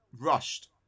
rushed